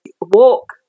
walk